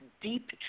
deep